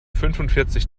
fünfundvierzig